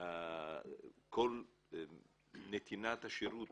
כל נתינת השירות